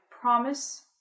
promise